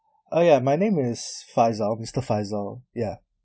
uh ya my name is faisal mister faisal ya